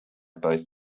both